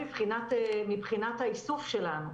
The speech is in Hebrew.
מבחינת האיסוף שלנו,